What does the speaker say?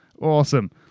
Awesome